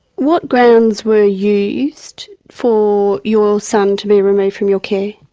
what grounds were used for your son to be removed from your care?